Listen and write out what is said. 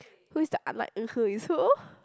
who's the unlike and who is who